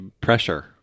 pressure